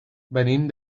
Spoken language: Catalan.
venim